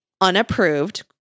unapproved